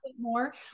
more